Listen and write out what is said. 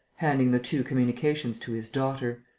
handing the two communications to his daughter.